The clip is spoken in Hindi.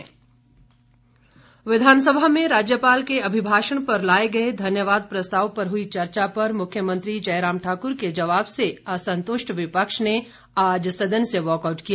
वाकआउट विधानसभा में राज्यपाल के अभिभाषण पर लाए गए धन्यवाद प्रस्ताव पर हुई चर्चा पर मुख्यमंत्री जयराम ठाक्र के जवाब से असंतुष्ट विपक्ष ने आज सदन से वॉकआउट किया